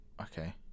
okay